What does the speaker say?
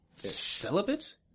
Celibate